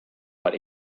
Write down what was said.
but